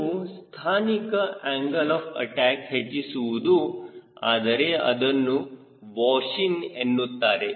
ನೀವು ಸ್ಥಾನಿಕ angle of attack ಹೆಚ್ಚಿಸುವುದು ಆದರೆ ಅದನ್ನು ವಾಷ್ ಇನ್ ಎನ್ನುತ್ತಾರೆ